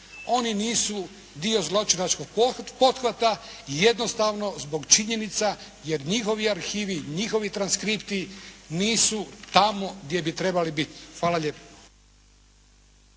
Oni nisu dio zločinačkog pothvata i jednostavno zbog činjenica jer njihovi arhivi, njihovi transkripti nisu tamo gdje bi trebali biti. Hvala lijepo.